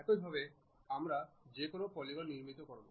এইভাবেই আমরা যে কোনও পলিগন নির্মাণ করব